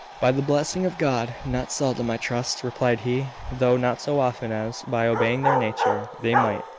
by the blessing of god, not seldom, i trust, replied he though not so often as, by obeying their nature, they might.